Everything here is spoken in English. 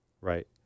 right